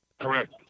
Correct